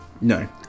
No